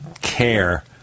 care